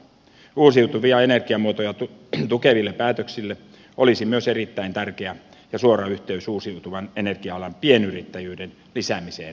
uusiutuvia energiamuotoja tukevilla päätöksillä olisi myös erittäin tärkeä ja suora yhteys uusiutuvan energia alan pienyrittäjyyden lisäämiseen kaikkialla suomessa